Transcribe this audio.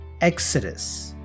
Exodus